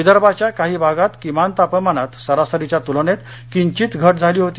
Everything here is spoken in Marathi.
विदर्भाच्या काही भागात किमान तापमानात सरासरीच्या तुलनेत किंचीत घट झाली होती